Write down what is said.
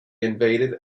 invaded